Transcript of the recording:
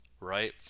right